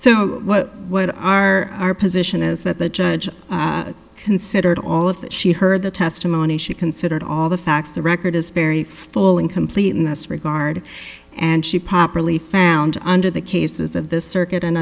so what what are our position is that the judge considered all of that she heard the testimony she considered all the facts the record is very full and complete in this regard and she properly found under the cases of the circuit and